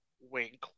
Wink